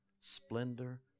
splendor